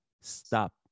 Stop